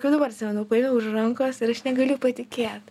kaip dabar atsimenu paėmiau už rankos ir aš negaliu patikėt